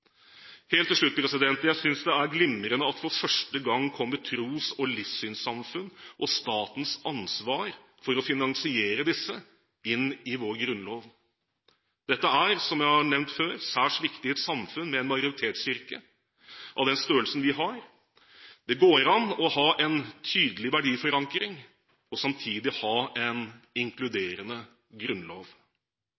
Helt til slutt: Jeg synes det er glimrende at tros- og livssynssamfunn og statens ansvar for å finansiere disse for første gang kommer inn i vår grunnlov. Dette er, som jeg har nevnt før, særs viktig i et samfunn med en majoritetskirke av den størrelsen vi har. Det går an å ha en tydelig verdiforankring og samtidig ha en